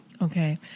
Okay